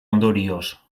ondorioz